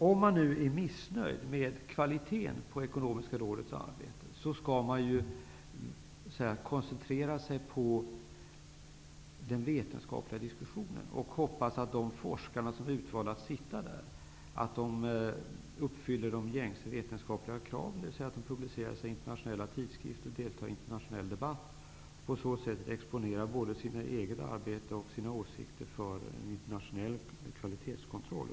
Om man är missnöjd med kvaliteten på det ekonomiska rådets arbete skall man i stället koncentrera sig på den vetenskapliga diskussionen. Man får hoppas att de forskare som finns där uppfyller de gängse vetenskapliga kraven, dvs. att de publicerar artiklar i internationella tidskrifter och deltar i en internationell debatt. På så sätt exponerar de sitt eget arbete och sina egna åsikter för en internationell kvalitetskontroll.